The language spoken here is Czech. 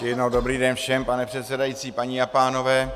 Ještě jednou dobrý den všem, pane předsedající, paní a pánové.